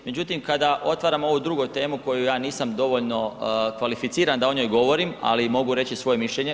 Međutim kada otvaramo ovu drugu temu koju ja nisam dovoljno kvalificiran da o njoj govorim, ali mogu reći svoje mišljenje.